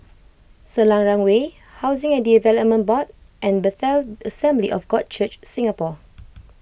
Selarang Way Housing and Development Board and Bethel Assembly of God Church Singapore